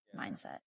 mindset